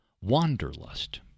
Wanderlust